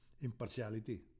impartiality